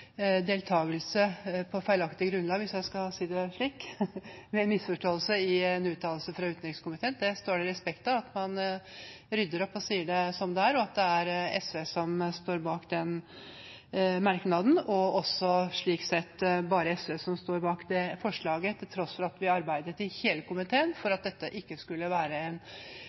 deltakelse på feilaktig grunnlag, hvis jeg kan si det slik, med en misforståelse i en uttalelse fra utenriks- og forsvarskomiteen. Det står respekt av at man rydder opp og sier det som det er, nemlig at det er SV som står bak den merknaden. Det er slik sett bare SV som står bak mindretallsforslaget, til tross for at vi i komiteen arbeidet for